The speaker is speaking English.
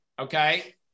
okay